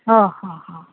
ହ ହ ହ